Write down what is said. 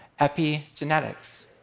Epigenetics